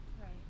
right